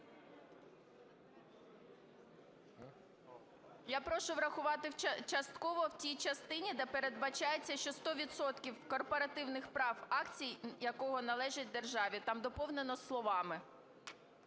Я прошу врахувати частково в тій частині, де передбачається, що "сто відсотків корпоративних прав акцій якого належить державі", там доповнено словами.